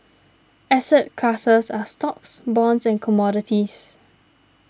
asset classes are stocks bonds and commodities